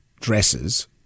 dresses